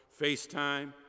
FaceTime